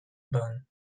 burn